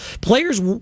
players